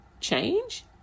Change